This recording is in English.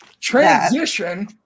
transition